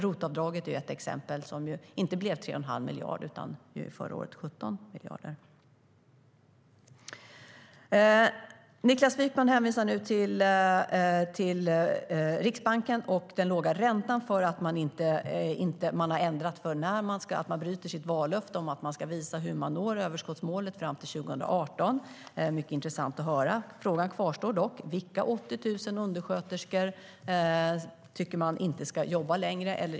ROT-avdraget är ett exempel, som inte blev 3 1⁄2 miljard utan 17 miljarder förra året. Niklas Wykman hänvisar till Riksbanken och den låga räntan när det gäller att man bryter sitt vallöfte och att man ska visa hur man når överskottsmålet fram till 2018. Det är mycket intressant att höra. Frågan kvarstår dock: Vilka 80 000 undersköterskor tycker ni inte ska jobba längre?